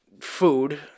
food